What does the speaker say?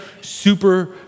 super